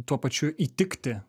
tuo pačiu įtikti